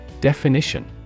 Definition